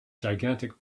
gigantic